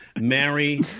Mary